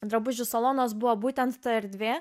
drabužių salonas buvo būtent ta erdvė